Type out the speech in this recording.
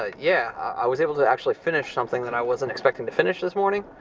ah yeah, i was able to actually finish something that i wasn't expecting to finish this morning,